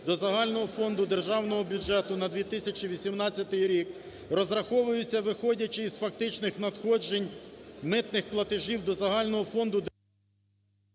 до загального фонду Державного бюджету на 2018 рік розраховуються виходячи із фактичних надходжень митних платежів до загального фонду..." ГОЛОВУЮЧИЙ.